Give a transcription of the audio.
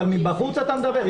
מבחוץ אתה מדבר?